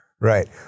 Right